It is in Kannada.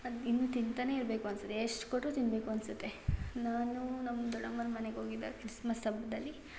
ಅದು ಇನ್ನೂ ತಿಂತಲೇ ಇರಬೇಕು ಅನಿಸುತ್ತೆ ಎಷ್ಟು ಕೊಟ್ಟರೂ ತಿನ್ನಬೇಕು ಅನಿಸುತ್ತೆ ನಾನು ನಮ್ಮ ದೊಡ್ಡಮ್ಮನ ಮನೆಗೆ ಹೋಗಿದ್ದಾಗ್ ಕ್ರಿಸ್ಮಸ್ ಹಬ್ದಲ್ಲಿ